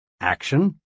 Action